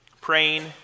praying